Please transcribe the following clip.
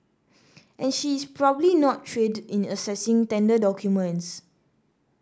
and she is probably not trained in assessing tender documents